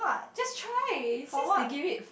just try since they give it